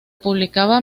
publicaba